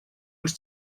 uns